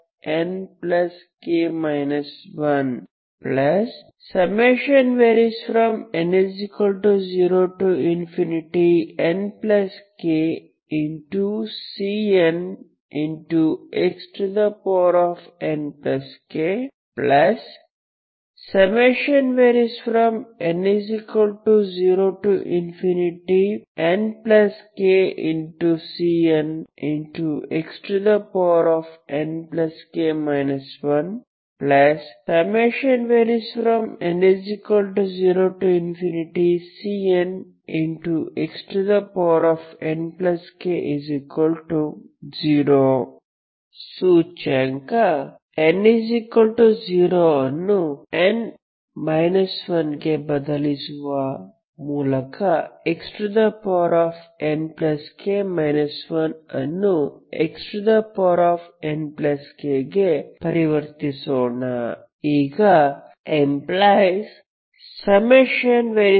Cnxnk 1n0Cnxnk0 ಸೂಚ್ಯಂಕ n 0 ಅನ್ನು n 1 ಗೆ ಬದಲಾಯಿಸುವ ಮೂಲಕ xnk 1 ಅನ್ನು xnk ಗೆ ಪರಿವರ್ತಿಸೋಣ ಈಗ ⟹n 12n1k